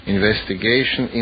Investigation